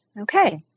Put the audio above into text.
okay